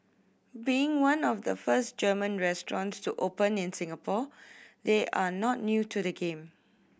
being one of the first German restaurants to open in Singapore they are not new to the game